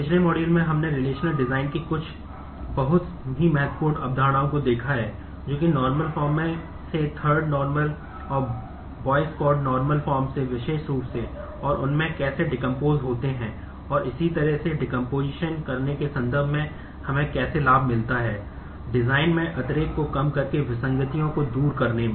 पिछले मॉड्यूल में हमने रिलेशनल को दूर करने में